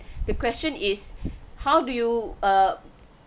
the question is how do you err